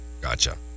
Gotcha